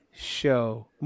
Show